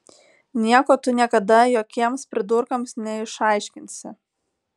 nieko tu niekada jokiems pridurkams neišaiškinsi